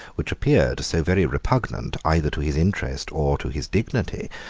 which appeared so very repugnant either to his interest or to his dignity,